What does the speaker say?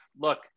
look